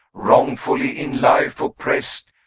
wrongfully in life oppressed,